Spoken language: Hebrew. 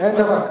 אין דבר כזה.